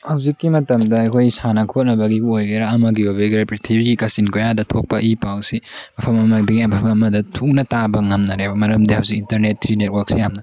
ꯍꯧꯖꯤꯛꯀꯤ ꯃꯇꯝꯗ ꯑꯩꯈꯣꯏ ꯁꯥꯟꯅ ꯈꯣꯠꯅꯕꯒꯤꯕꯨ ꯑꯣꯏꯒꯦꯔꯥ ꯑꯃꯒꯤꯕꯨ ꯑꯣꯏꯕꯒꯤꯔꯥ ꯄ꯭ꯔꯤꯊꯤꯕꯤꯒꯤ ꯀꯥꯆꯤꯟ ꯀꯣꯌꯥꯗ ꯊꯣꯛꯄ ꯏ ꯄꯥꯎ ꯑꯁꯤ ꯃꯐꯝ ꯑꯃꯗꯒꯤ ꯃꯐꯝ ꯑꯃꯗ ꯊꯨꯅ ꯇꯥꯕ ꯉꯝꯅꯔꯦꯕ ꯃꯔꯝꯗꯤ ꯍꯧꯖꯤꯛ ꯏꯟꯇꯔꯅꯦꯠꯁꯤ ꯅꯦꯠꯋꯥꯔꯛꯁꯤ ꯌꯥꯝꯅ